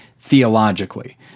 theologically